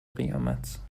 قیامت